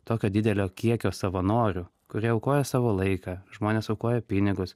tokio didelio kiekio savanorių kurie aukoja savo laiką žmonės aukoja pinigus